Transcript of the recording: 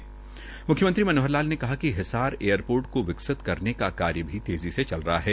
म्ख्यमंत्री मनोहर लाल ने कहा कि हिसार एयरपोट को विकसित करने का कार्य भी तेजी से चल रहा है